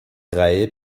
reihe